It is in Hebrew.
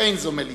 אין זו מליצה: